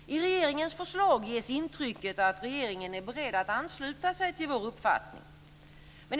I regeringens förslag ges intrycket att regeringen är beredd att ansluta sig till vår uppfattning.